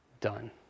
done